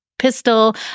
pistol